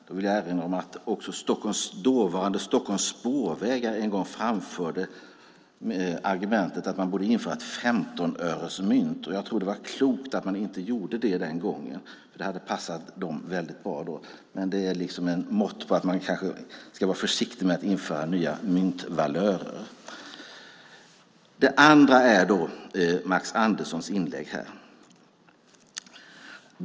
Då vill jag erinra om att dåvarande Stockholms Spårvägar en gång framförde argumentet att man borde införa ett femtonöresmynt. Jag tror att det var klokt att inte införa det den gången, trots att det hade passat dem väldigt bra just då. Det är ett mått på att man kanske ska vara försiktig med att införa nya myntvalörer. Det andra jag vill ta upp är Max Anderssons inlägg.